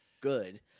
good